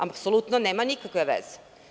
Apsolutno nema nikakve veze.